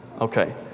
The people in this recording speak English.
Okay